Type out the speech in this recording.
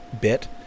bit